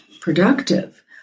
productive